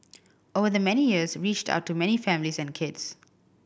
over the many years reached out to many families and kids